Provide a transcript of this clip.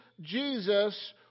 Jesus